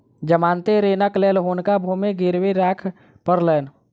जमानती ऋणक लेल हुनका भूमि गिरवी राख पड़लैन